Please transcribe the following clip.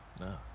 No